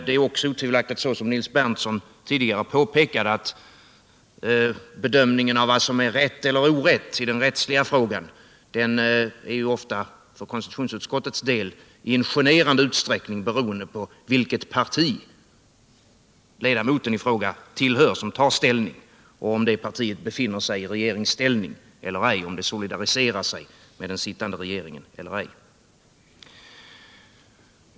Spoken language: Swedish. Det är också otvivelaktigt så, som Nils Berndtson tidigare påpekade, att bedömningen av vad som är rätt eller orätt i juridisk mening ofta för konstitutionsutskottets vidkommande i generande stor utsträckning är beroende av vilket parti den ledamot som tar ställning tillhör och av om det partiet befinner sig i regeringsställning eller solidariserar sig med den sittande regeringen eller ej.